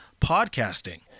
podcasting